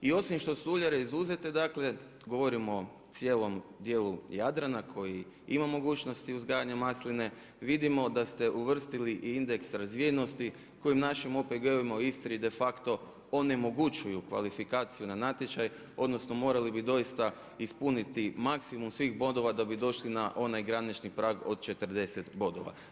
I osim što su uljare izuzete dakle, govorimo o cijelom dijelu Jadrana koji ima mogućnosti uzgajanja masline, vidimo da ste uvrstili indeks razvijenosti kojim našim OPG-ovima u Istri de facto onemogućuju kvalifikaciju na natječaj, odnosno morali bi doista ispuniti maksimum svih bodova da bi došli na onaj granični prag od 40 bodova.